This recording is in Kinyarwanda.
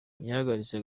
yahagaritse